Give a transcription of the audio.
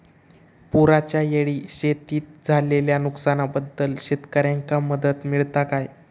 पुराच्यायेळी शेतीत झालेल्या नुकसनाबद्दल शेतकऱ्यांका मदत मिळता काय?